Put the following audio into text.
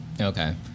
Okay